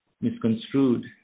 misconstrued